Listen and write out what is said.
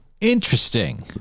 Interesting